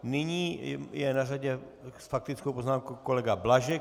Nyní je na řadě s faktickou poznámkou kolega Blažek.